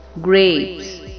grapes